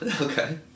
Okay